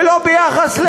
ולא ביחס,